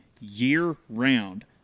year-round